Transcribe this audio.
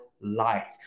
life